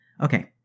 Okay